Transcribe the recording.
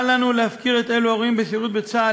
אל לנו להפקיר את אלו הרואים בשירות בצה"ל